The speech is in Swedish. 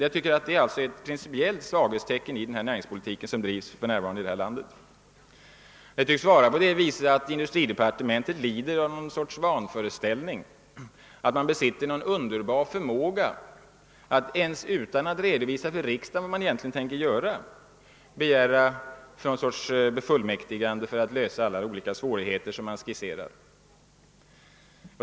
Jag tror att det är ett principiellt svaghetstecken i den näringspolitik som för närvarande bedrivs i detta land. Industridepartementet tycks lida av vanföreställningen, att man där besitter någon sorts underbar förmåga och att man utan att ens redovisa för riksdagen vad man egentligen tänker göra begär ett befullmäktigande för att lösa alla de svårigheter man skisserar.